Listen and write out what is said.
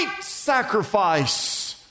sacrifice